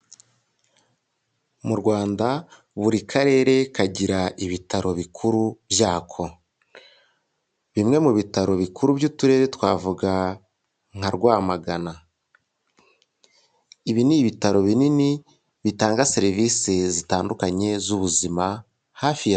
Mu Rwanda buri karere kagira ibitaro bikuru by'ako, bimwe muro bikuru by'uturere twavuga nka Rwamagana, ibi ni ibitaro binini bitanga serivisi zitandukanye z'ubuzima hafi ya.